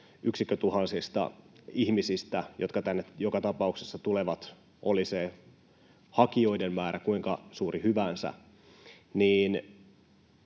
yksikkötuhansista ihmisistä, jotka tänne joka tapauksessa tulevat —, oli se hakijoiden määrä kuinka suuri hyvänsä,